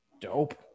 Dope